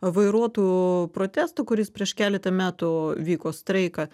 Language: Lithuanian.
vairuotojų protestą kuris prieš keletą metų vyko streiką